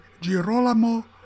Girolamo